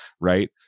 right